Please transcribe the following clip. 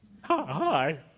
hi